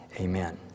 Amen